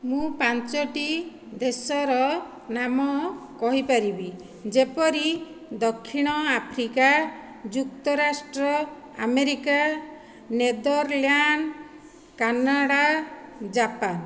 ମୁଁ ପାଞ୍ଚୋଟି ଦେଶର ନାମ କହିପାରିବି ଯେପରି ଦକ୍ଷିଣ ଆଫ୍ରିକା ଯୁକ୍ତରାଷ୍ଟ୍ର ଆମେରିକା ନେଦରଲାଣ୍ଡ କାନ୍ନାଡ଼ା ଜାପାନ